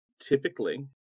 Typically